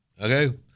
Okay